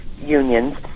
unions